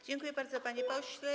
Dziękuję bardzo, panie pośle.